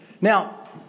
Now